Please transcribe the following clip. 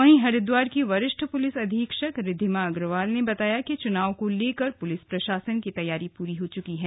वहीं हरिद्वार की वरिष्ठ पुलिस अधीक्षक रिद्दीमा अग्रवाल ने बताया कि चुनाव को लेकर पुलिस प्रशासन की तैयारी पूरी हो चुकी है